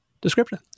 description